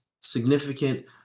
significant